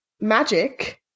Magic